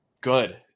Good